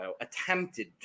attempted